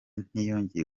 ntiyongeye